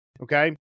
okay